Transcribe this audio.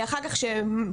אחר כך כשבודקים,